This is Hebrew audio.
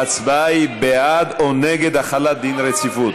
ההצבעה היא בעד או נגד החלת דין רציפות.